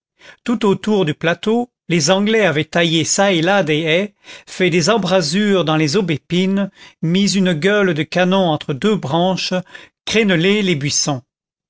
tout autour du plateau les anglais avaient taillé çà et là les haies fait des embrasures dans les aubépines mis une gueule de canon entre deux branches crénelé les buissons